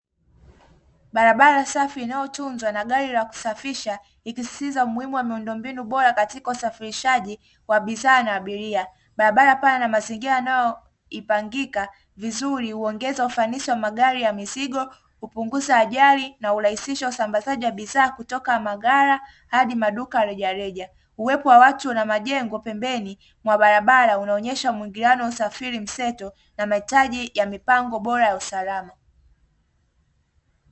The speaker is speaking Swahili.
Barabara safi inayotunzwa na gari la kusafisha ikisisitiza umuhimu wa miundombinu bora katika usafirishaji wa bidhaa na abiria, barabara pana na mazingira yanayoipangika vizuri huongeza ufanisi wa magari ya mizigo, kupunguza ajali na urahisisha usambazaji wa bidhaa kutoka maghala hadi maduka ya rejareja, uwepo wa watu na majengo pembeni na barabara unaonesha muingiliano wa usafiri mseto na mahitaji ya mipango bora ya usalama.